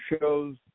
shows